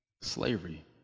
slavery